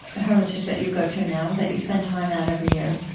hermitage that you go to now, that you spend time at every year?